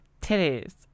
titties